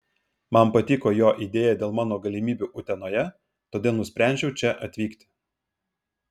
man patiko jo idėja dėl mano galimybių utenoje todėl nusprendžiau čia atvykti